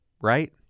right